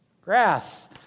grass